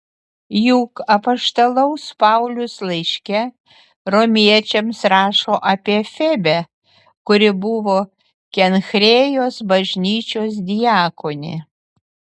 juk apaštalaus paulius laiške romiečiams rašo apie febę kuri buvo kenchrėjos bažnyčios diakonė